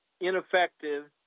ineffective